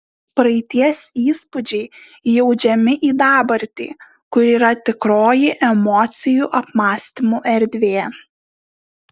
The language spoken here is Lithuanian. praeities įspūdžiai įaudžiami į dabartį kuri yra tikroji emocijų apmąstymų erdvė